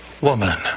woman